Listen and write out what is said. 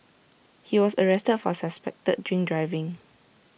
he was arrested for suspected drink driving